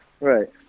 Right